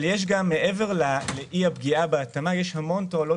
אבל מעבר לאי הפגיעה יש גם המון תועלות